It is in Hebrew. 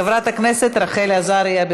חברת הכנסת רחל עזריה.